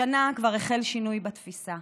השנה כבר החל שינוי בתפיסה.